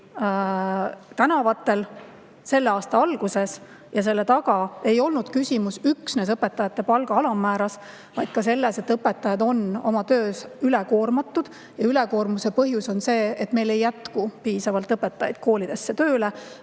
siiski selle aasta alguses tänavatel. Ja küsimus ei olnud üksnes õpetajate palga alammääras, vaid ka selles, et õpetajad on oma töös üle koormatud. Ja ülekoormuse põhjus on see, et meil ei jätku piisavalt õpetajaid koolidesse tööle.